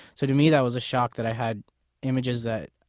so to me that was a shock that i had images that,